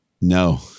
No